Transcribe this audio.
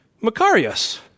Macarius